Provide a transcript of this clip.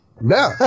No